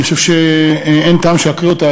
אני חושב שאין טעם שאקריא אותה,